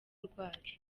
rwacu